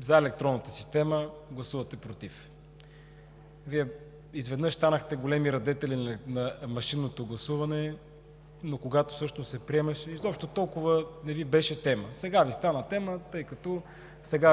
„за“ електронната система, гласувате „против“. Изведнъж станахте големи радетели на машинното гласуване, но когато всъщност се приемаше, изобщо не Ви беше тема. Сега Ви стана тема, тъй като